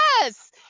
yes